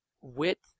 width